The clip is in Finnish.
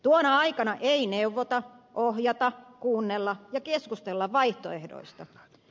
tuona aikana ei neuvota ohjata kuunnella eikä keskustella vaihtoehdoista